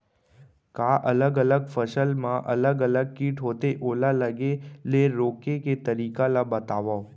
का अलग अलग फसल मा अलग अलग किट होथे, ओला लगे ले रोके के तरीका ला बतावव?